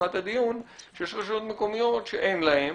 בפתיחת הדיון, שיש רשויות מקומיות שאין להן